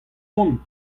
vont